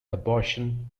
abortion